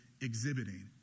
exhibiting